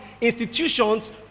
institutions